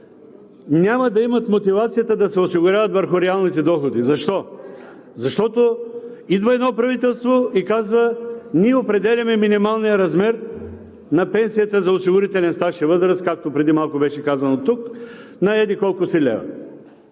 няма да имат мотивацията да се осигуряват върху реалните доходи. Защо? Защото идва едно правителство и казва: ние определяме минималния размер на пенсията за осигурителен стаж и възраст, както преди малко беше казано тук, на еди-колко си лева.